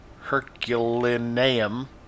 Herculaneum